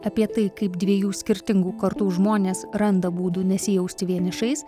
apie tai kaip dviejų skirtingų kartų žmonės randa būdų nesijausti vienišais